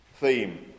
theme